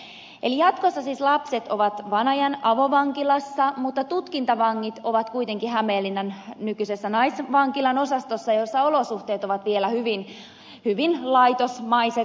eli jatkossa siis lapset ovat vanajan avovankilassa mutta tutkintavangit ovat kuitenkin hämeenlinnan nykyisessä naisvankilan osastossa jossa olosuhteet ovat vielä hyvin laitosmaiset vankilamaiset